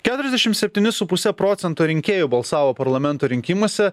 keturiasdešim septyni su puse procento rinkėjų balsavo parlamento rinkimuose